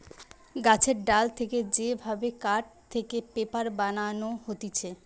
গাছের ডাল থেকে যে ভাবে কাঠ থেকে পেপার বানানো হতিছে